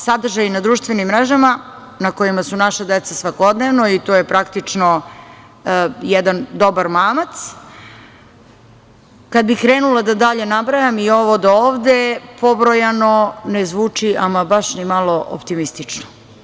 Sadržaj na društvenim mrežama na kojima su naša deca svakodnevno, i to je praktično jedan dobar mamac, kad bih krenula da dalje nabrajam i ovo do ovde pobrojano ne zvuči ama baš ni malo optimistično.